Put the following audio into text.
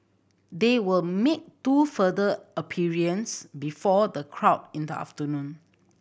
they will two further appearance before the crowd in the afternoon